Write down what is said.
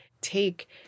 take